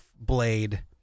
blade